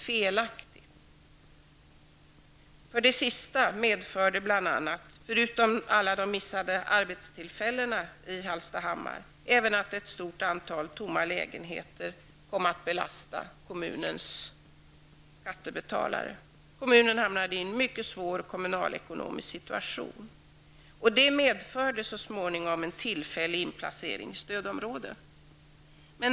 Resultatet av detta blev bl.a., förutom alla de missade arbetstillfällena i Hallstahammar, att ett stort antal tomma lägenheter kom att belasta kommunens skattebetalare. Kommunen hamnade i en mycket svår kommunalekonomisk situation. Det medförde så småningom en tillfällig inplacering i stödområde.